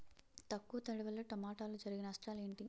తక్కువ తడి వల్ల టమోటాలో జరిగే నష్టాలేంటి?